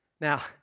Now